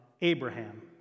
Abraham